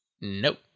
Nope